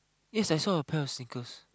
yes I saw a pair of sneakers